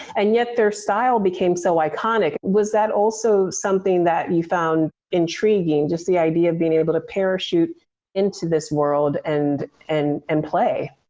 and yet their style became so iconic. was that also something that you found intriguing, just the idea of being able to parachute into this world and and and play?